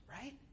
right